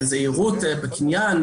זהירות וקניין,